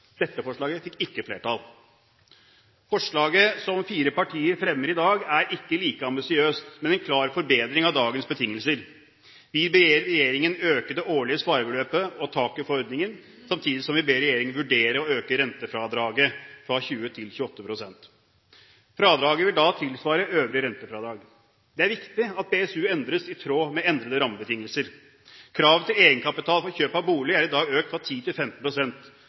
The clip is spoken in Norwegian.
Dette forslaget fikk ikke flertall. Det forslaget som fire partier fremmer i dag, er ikke like ambisiøst, men en klar forbedring av dagens betingelser. Vi ber regjeringen øke det årlige sparebeløpet og taket for ordningen, samtidig som vi ber regjeringen vurdere å øke rentefradraget fra 20 til 28 pst. Fradraget vil da tilsvare øvrige rentefradrag. Det er viktig at BSU endres i tråd med endrede rammebetingelser. Kravet til egenkapital for kjøp av bolig er i dag økt fra 10 til